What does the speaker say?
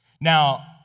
Now